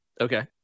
Okay